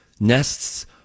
Nests